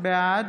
בעד